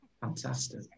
Fantastic